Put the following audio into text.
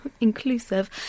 inclusive